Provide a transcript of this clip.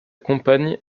compagne